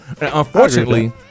Unfortunately